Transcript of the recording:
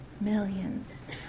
millions